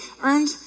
earned